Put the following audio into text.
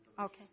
okay